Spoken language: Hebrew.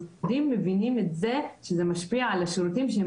המשרדים מבינים את זה שזה משפיע על השירותים שהם